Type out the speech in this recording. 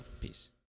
peace